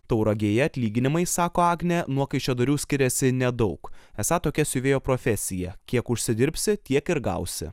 tauragėje atlyginimai sako agnė nuo kaišiadorių skiriasi nedaug esą tokia siuvėjo profesija kiek užsidirbsi tiek ir gausi